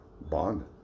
bond